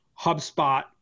HubSpot